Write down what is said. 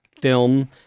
film